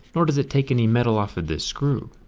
nor does it take any metal off of this screw.